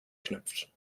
knüpft